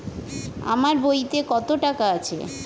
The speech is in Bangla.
আমার বইতে কত টাকা আছে?